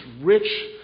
rich